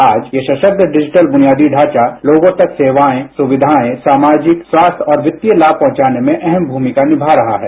आज ये सशक्त डिजिटल बुनियादी ढांचा लोगों तक सेवाएं सुविधाएं सामाजिक स्वास्थ्य और वित्तीय लाभ पहुंचाने में अहम भूमिका निभा रहा है